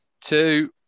two